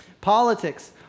Politics